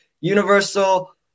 Universal